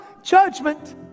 judgment